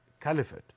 caliphate